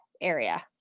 area